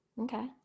Okay